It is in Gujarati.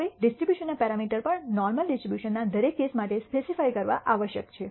હવે ડિસ્ટ્રિબ્યુશનના પેરામીટર્સ પણ નોર્મલ ડિસ્ટ્રિબ્યુશનના દરેક કેસ માટે સ્પેસિફાય કરવા આવશ્યક છે